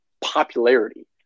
popularity